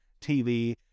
TV